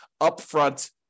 upfront